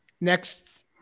next